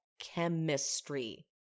chemistry